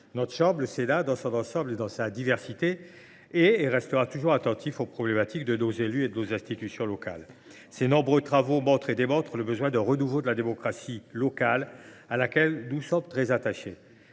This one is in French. Notre chambre, dans son ensemble et sa diversité, restera toujours attentive aux problématiques de nos élus et de nos institutions locales. Ses nombreux travaux montrent et démontrent le besoin d’un renouveau de la démocratie locale, à laquelle nous sommes très attachés.